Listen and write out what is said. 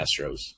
Astros